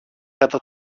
κατά